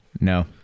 no